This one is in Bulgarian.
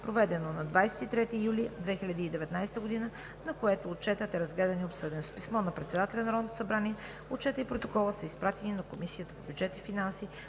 проведено на 23 юли 2019 г., на което Отчетът е разгледан и обсъден. С писмо на председателя на Народното събрание Отчетът и Протоколът са изпратени на Комисията по бюджет и финанси.